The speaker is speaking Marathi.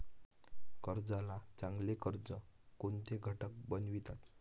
कर्जाला चांगले कर्ज कोणते घटक बनवितात?